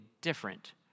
different